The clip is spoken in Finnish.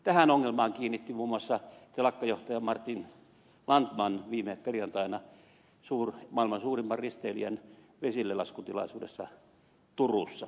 tähän ongelmaan kiinnitti huomiota muun muassa telekkajohtaja martin landtman viime perjantaina maailman suurimman risteilijän vesillelaskutilaisuudessa turussa